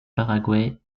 paraguay